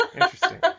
Interesting